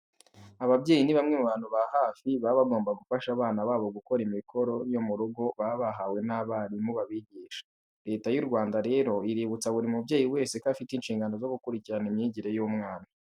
Ababyeyi ni bamwe mu bantu ba hafi baba bagomba gufasha abana babo gukora imikora yo mu rugo baba bahawe n'abarimu babigisha. Leta y'u Rwanda rero iributsa buri mubyeyi wese ko afite inshingano zo gukurikirana imyigire y'umwana.